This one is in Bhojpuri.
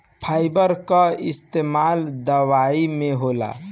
फाइबर कअ इस्तेमाल दवाई में होला